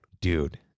Dude